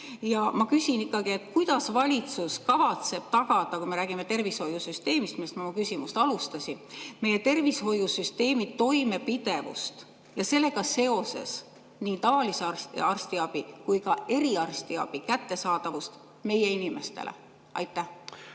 Ma küsin: kuidas valitsus kavatseb tagada – kui me räägime tervishoiusüsteemist, millest ma oma küsimust alustasin – meie tervishoiusüsteemi toimepidevuse ja sellega seoses nii tavalise arstiabi kui ka eriarstiabi kättesaadavuse meie inimestele? Kaja